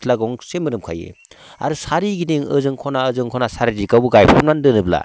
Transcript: सिथ्ला गंसे मोदोमखायो आरो सोरिगिदिं ओजों खना ओजों खना सोरिगिदिंआवबो गायफबनानै दोनोब्ला